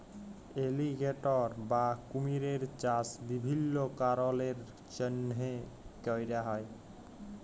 alligator বা কুমিরের চাষ বিভিল্ল্য কারলের জ্যনহে ক্যরা হ্যয়